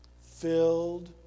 filled